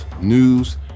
news